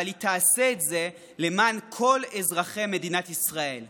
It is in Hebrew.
אבל היא תעשה את זה למען כל אזרחי מדינת ישראל כולם.